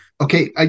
Okay